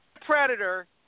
Predator